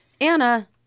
Anna